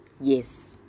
Yes